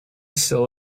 still